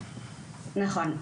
נכון.